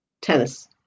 Tennis